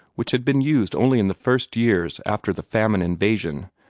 which had been used only in the first years after the famine invasion,